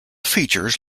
features